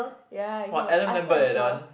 ya you cannot I saw I saw